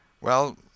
Well